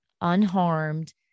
unharmed